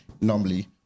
normally